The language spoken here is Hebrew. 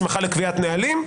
הסמכה לקביעת נהלים,